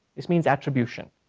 this means attribution.